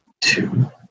two